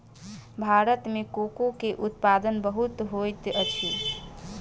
भारत में कोको के उत्पादन बहुत होइत अछि